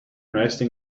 resting